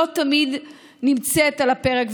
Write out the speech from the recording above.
זה לא תמיד נמצא על הפרק.